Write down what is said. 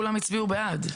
כולם הצביעו בעד בטרומית.